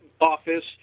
office